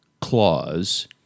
clause